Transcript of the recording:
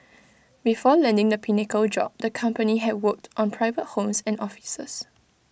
before landing the pinnacle job the company had worked on private homes and offices